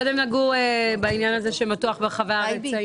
קודם נגעו בעניין הזה שמתוח ברחבי הארץ.